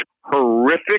horrific